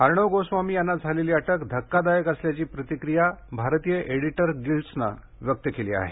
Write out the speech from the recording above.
अर्णव गोस्वामी यांना झालेली अटक धक्कादायक असल्याची प्रतिक्रिया भारतीय एडिटर्स गिल्डनं व्यक्त केली आहे